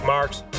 Marks